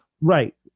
right